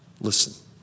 Listen